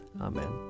Amen